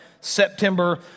September